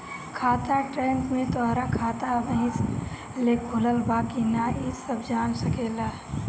खाता ट्रैक में तोहरा खाता अबही ले खुलल बा की ना इ सब जान सकेला